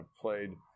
played –